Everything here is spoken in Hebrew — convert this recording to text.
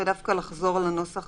ודווקא לחזור לנוסח